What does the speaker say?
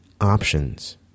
options